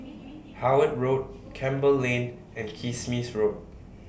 Howard Road Campbell Lane and Kismis Road